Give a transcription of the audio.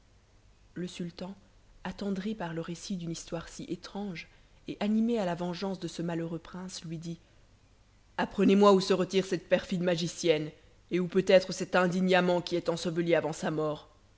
le sultan attendri par le récit d'une histoire si étrange et animé à la vengeance de ce malheureux prince lui dit apprenezmoi où se retire cette perfide magicienne et où peut être cet indigne amant qui est enseveli avant sa mort